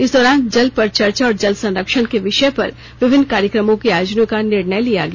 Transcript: इस दौरान जल पर चर्चा और जल संरक्षण के विषय पर विभिन्न कार्यक्रमों के आयोजन का निर्णय लिया गया